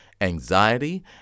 anxiety